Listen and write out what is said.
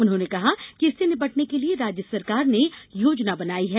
उन्होंने कहा कि इससे निपटने के लिये राज्य सरकार ने योजना बनाई है